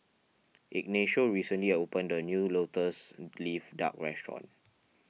Ignacio recently opened a new Lotus Leaf Duck restaurant